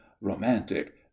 Romantic